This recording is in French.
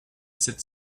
sept